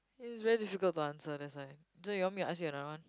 is very difficult to answer that's why so you want me to ask you another one